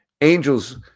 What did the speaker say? Angels